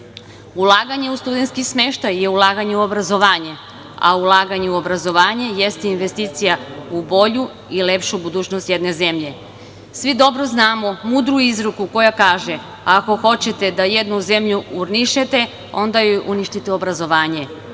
ceni. Ulaganje u studentski smeštaj je ulaganje u obrazovanje, a ulaganje u obrazovanje jeste investicija u bolju i lepšu budućnost jedne zemlje. Svi dobro znamo mudru izreku koja kaže – ako hoćete da jednu zemlju urnišete, onda joj uništite obrazovanje,